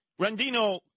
Randino